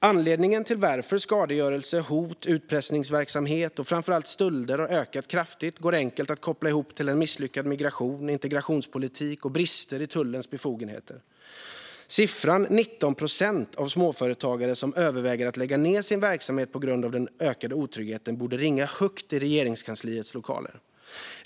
Anledningen till att skadegörelse, hot, utpressningsverksamhet och framför allt stölder har ökat kraftigt går enkelt att koppla till en misslyckad migrations och integrationspolitik och brister i tullens befogenheter. Siffran 19 procent av småföretagare som överväger att lägga ned sin verksamhet på grund av den ökade otryggheten borde ringa högt i Regeringskansliets lokaler.